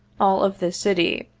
all of this city.